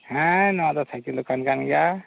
ᱦᱮᱸ ᱱᱚᱣᱟ ᱫᱚ ᱥᱟᱭᱠᱮᱞ ᱫᱚᱠᱟᱱ ᱠᱟᱱ ᱜᱮᱭᱟ